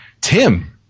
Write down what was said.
Tim